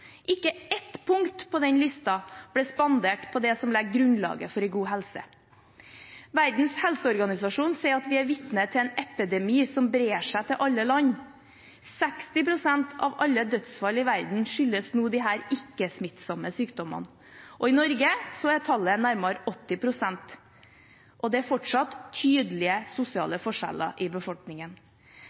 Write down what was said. Ikke ett punkt på den listen ble spandert på det som legger grunnlaget for en god helse. Verdens helseorganisasjon sier at vi er vitne til en epidemi som brer seg til alle land. 60 pst. av alle dødsfall i verden skyldes nå disse ikke-smittsomme sykdommene. I Norge er tallet nærmere 80 pst., og det er fortsatt tydelige sosiale forskjeller i befolkningen.